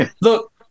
Look